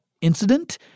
incident